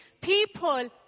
people